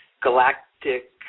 galactic